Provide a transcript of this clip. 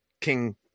King